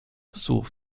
słów